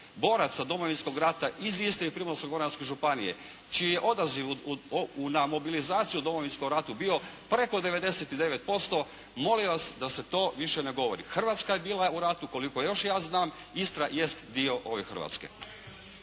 boraca Domovinskog rata iz Istre i Primorsko-goranske županije čiji je odaziv na mobilizaciju u Domovinskom ratu bio preko 99% molim vas da se to više ne govori. Hrvatska je bila u ratu koliko još ja znam. Istra jest dio ove Hrvatske.